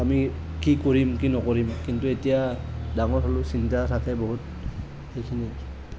আমি কি কৰিম কি নকৰিম কিন্তু এতিয়া ডাঙৰ হ'লো চিন্তা থাকে বহুত সেইখিনিয়েই